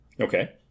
Okay